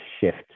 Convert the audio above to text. shift